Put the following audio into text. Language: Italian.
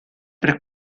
per